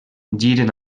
giren